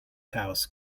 house